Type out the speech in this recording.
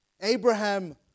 Abraham